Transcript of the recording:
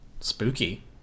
Spooky